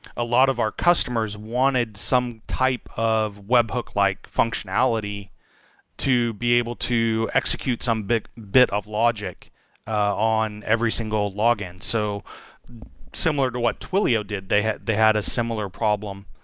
a lot of our customers wanted some type of webhook-like functionality to be able to execute some bit bit of logic on every single login so similar to what twilio did, they had they had a similar problem.